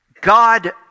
God